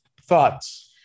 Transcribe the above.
Thoughts